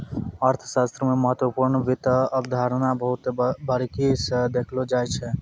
अर्थशास्त्र मे महत्वपूर्ण वित्त अवधारणा बहुत बारीकी स देखलो जाय छै